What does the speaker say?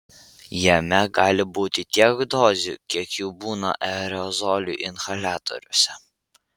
jame gali būti tiek dozių kiek jų būna aerozolių inhaliatoriuose